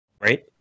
Right